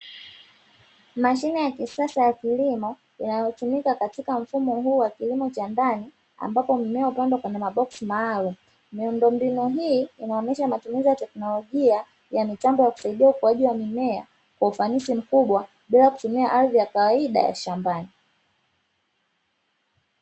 Mashine ya kisasa ya kilimo inayotumika katika mfumo huu wa kilimo cha ndani, ambapo mimea hupandwa kwenye maboksi maalumu, miundombinu hii inaonyesha matumizi ya teknolojia ya mitambo ya kusaidia ukuaji wa mimea kwa ufanisi mkubwa bila kutumia ardhi ya kawaida ya shambani.